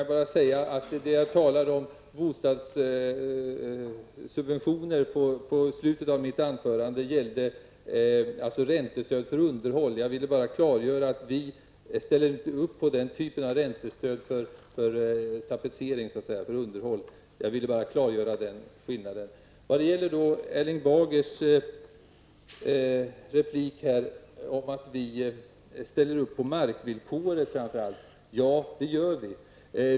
Herr talman! Det jag sade i slutet av mitt anförande om bostadssubventionerna gällde underhålla. Jag vill bara klargöra att vi inte ställer upp på den typen av räntestöd för underhåll. Erling Bager säger att vi ställer upp på markvillkoret. Det är riktigt att vi gör det.